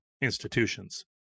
institutions